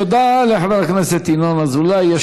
תודה לחבר הכנסת ינון אזולאי.